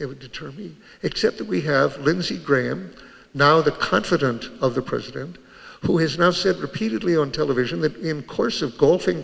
it would deter me except that we have lindsey graham now the confident of the president who has now said repeatedly on television that him course of golfing